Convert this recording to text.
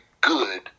good